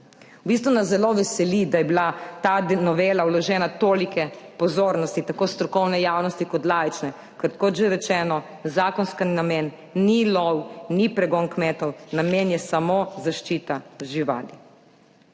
V bistvu nas zelo veseli, da je bila ta novela vložena, tolike pozornosti, tako strokovne javnosti kot laične, ker kot že rečeno, zakonski namen ni lov, ni pregon kmetov, namen je samo zaščita živali.